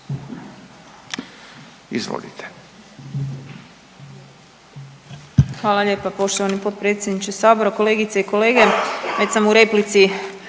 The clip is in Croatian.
Izvolite.